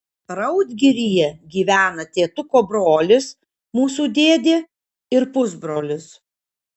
raudgiryje gyvena tėtuko brolis mūsų dėdė ir pusbrolis